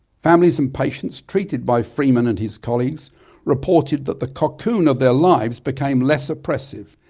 families and patients treated by freeman and his colleagues reported that the cocoon of their lives became less oppressive,